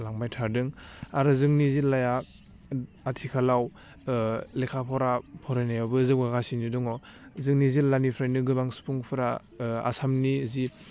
लांबाय थादों आरो जोंनि जिल्लाया आथिखालाव लेखा फरा फरायनायावबो जौगागासिनो दङ जोंनि जिल्लानिफ्रायनो गोबां सुबुंफ्रा आसामनि जि